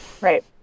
Right